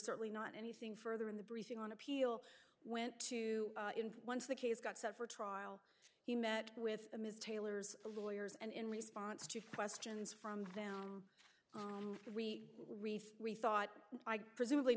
certainly not anything further in the briefing on appeal went to once the case got set for trial he met with ms taylor's lawyers and in response to questions from them we reef we thought i presumably